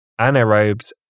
anaerobes